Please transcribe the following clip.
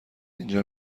اینجا